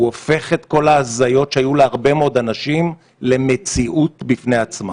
הוא הופך את כל ההזיות שהיו להרבה מאוד אנשים למציאות בפני עצמה.